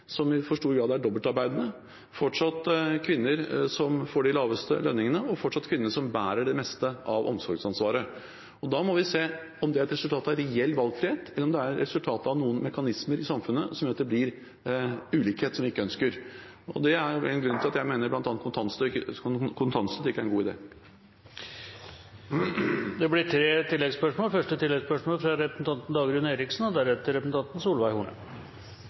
er kvinnene som bærer det meste av omsorgsansvaret. Da må vi se om dette er et resultat av reell valgfrihet, eller om det er resultatet av noen mekanismer i samfunnet som gjør at det blir ulikhet, som vi ikke ønsker. Det er en grunn til at jeg mener at bl.a. kontantstøtte ikke er en god idé. Det blir tre